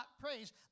praise